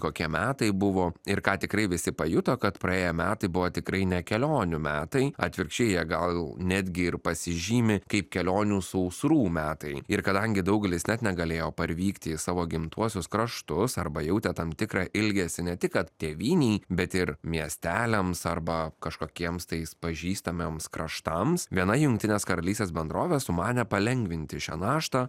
kokie metai buvo ir ką tikrai visi pajuto kad praėję metai buvo tikrai ne kelionių metai atvirkščiai jie gal netgi ir pasižymi kaip kelionių sausrų metai ir kadangi daugelis net negalėjo parvykti į savo gimtuosius kraštus arba jautė tam tikrą ilgesį ne tik kad tėvynei bet ir miesteliams arba kažkokiems tais pažįstamiems kraštams viena jungtinės karalystės bendrovė sumanė palengvinti šią naštą